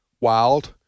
wild